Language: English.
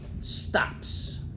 stops